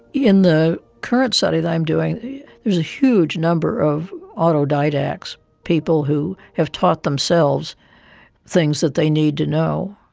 in the current study that i'm doing there is a huge number of autodidacts, people who have taught themselves things that they need to know.